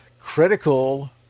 critical